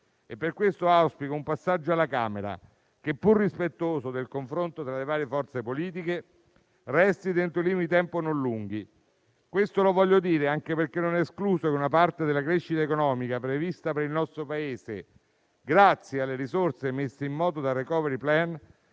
e per questo auspico un passaggio alla Camera che, pur rispettoso del confronto tra le varie forze politiche, resti dentro limiti di tempo non lunghi. Questo lo voglio dire anche perché non è escluso che una parte della crescita economica prevista per il nostro Paese grazie alle risorse messe in moto dal *recovery plan*